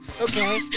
Okay